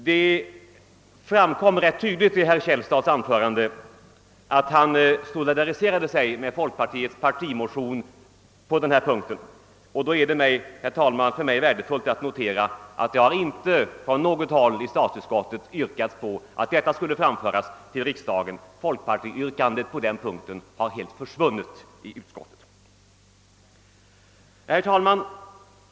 Det framkom rätt tydligt under herr Källstads anförande att han solidariserar sig med folkpartiets partimotion på denna punkt. Det är då värdefullt för mig, herr talman, att notera att det inte från något håll i statsutskottet har yrkats, att detta skulle framföras i riksdagen. Folkpartiyrkandet på den punkten har helt försvunnit i utskottet. Herr talman!